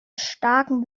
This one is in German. starken